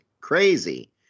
crazy